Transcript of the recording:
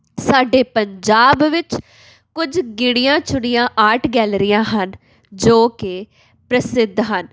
ਸਾਡੇ ਪੰਜਾਬ ਵਿੱਚ ਕੁਝ ਗਿਣੀਆਂ ਚੁਣੀਆਂ ਆਰਟ ਗੈਲਰੀਆਂ ਹਨ ਜੋ ਕਿ ਪ੍ਰਸਿੱਧ ਹਨ